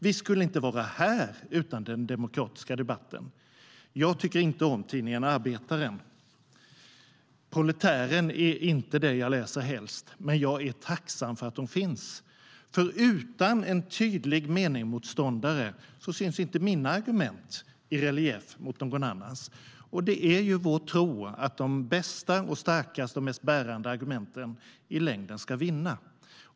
Vi skulle inte vara här utan den demokratiska debatten. Jag tycker inte om tidningen Arbetaren. Proletären är inte den tidning jag läser helst. Men jag är tacksam för att de tidningarna finns. Utan en tydlig meningsmotståndare syns inte mina argument i relief mot någon annans. Det är vår tro att de bästa, starkaste och mest bärande argumenten i längden ska vinna.